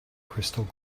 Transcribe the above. crystal